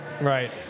right